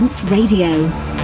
Radio